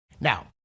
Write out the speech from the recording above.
Now